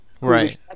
Right